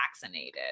vaccinated